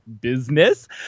business